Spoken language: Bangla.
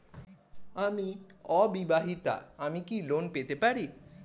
আমি অবিবাহিতা আমি কি লোন পেতে পারি?